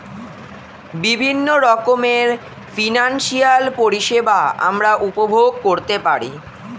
বিভিন্ন রকমের ফিনান্সিয়াল পরিষেবা আমরা উপভোগ করতে পারি